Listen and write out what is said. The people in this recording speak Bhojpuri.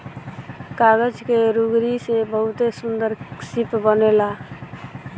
कागज के लुगरी से बहुते सुन्दर शिप बनेला